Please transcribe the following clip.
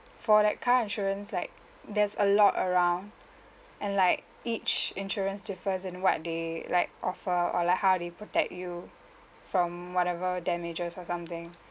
for that car insurance like there's a lot around and like each insurance differs in what they like offer or like how they protect you from whatever damages or something